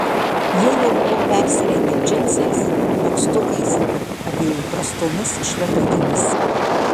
jie jau buvo persirengę džinsais megztukais avėjo įprastomis šlepetėmis